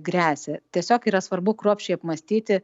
gresia tiesiog yra svarbu kruopščiai apmąstyti